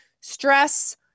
stress